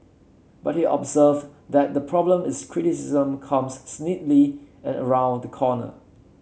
but he observed that the problem is criticism comes snidely and round the corner